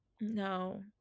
no